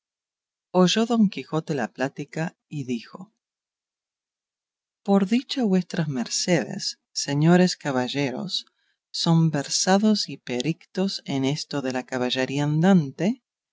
oyó don quijote la plática y dijo por dicha vuestras mercedes señores caballeros son versados y perictos en esto de la caballería andante